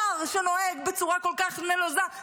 שר שנוהג בצורה כל כך נלוזה,